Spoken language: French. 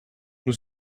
nous